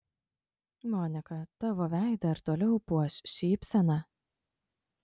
monika tavo veidą ir toliau puoš šypsena